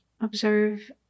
observe